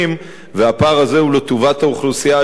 והפער הזה הוא לטובת האוכלוסייה היהודית,